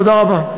תודה רבה.